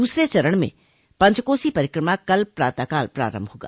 दूसर चरण में पंचकोसी परिक्रमा कल प्रातःकाल प्रारंभ होगा